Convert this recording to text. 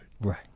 Right